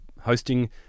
hosting